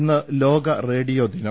ഇന്ന് ലോക റേഡിയോ ദിനം